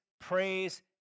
praise